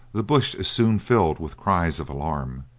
the bush is soon filled with cries of alarm.